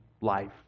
life